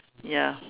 ya